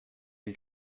hil